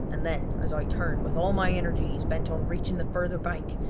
and then as i turned with all my energies bent on reaching the further bank,